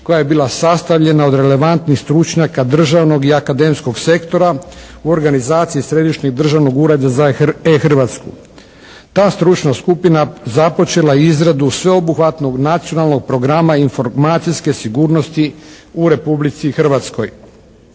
koja je bila sastavljena od relevantnih stručnjaka državnog i akademskog sektora u organizaciji Središnjeg državnog ureda za E Hrvatsku. Ta stručna skupina započela je izradu sveobuhvatnog nacionalnog programa informacijske sigurnosti u Republici Hrvatskoj.